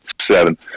seven